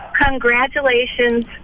congratulations